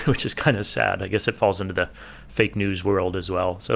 which is kind of sad. i guess it falls into the fake news world as well. so